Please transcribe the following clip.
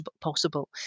possible